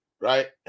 right